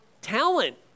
talent